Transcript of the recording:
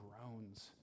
groans